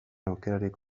aukerarik